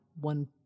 one